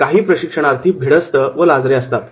काही प्रशिक्षणार्थी भीडस्त व लाजरे असतात